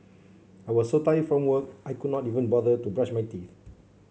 I was so tired from work I could not even bother to brush my teeth